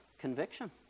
conviction